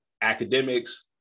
academics